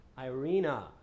Irina